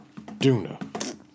Duna